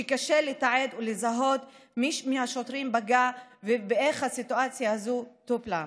שקשה לתעד ולזהות מי מהשוטרים פגע ואיך הסיטואציה הזו טופלה.